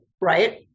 right